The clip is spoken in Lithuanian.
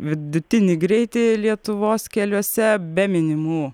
vidutinį greitį lietuvos keliuose be minimų